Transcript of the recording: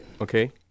Okay